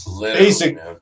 Basic